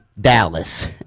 Dallas